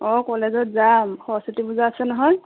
অঁ কলেজত যাম সৰস্বতী পূজা আছে নহয়